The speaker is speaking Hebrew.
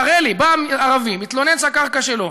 תראה לי, בא ערבי, מתלונן שזה הקרקע שלו.